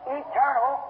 eternal